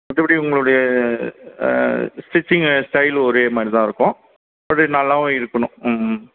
மற்றபடி உங்களுடைய stitching style ஒரே மாதிரி தான் இருக்கும் அது நல்லாவும் இருக்கணும் ம் ம்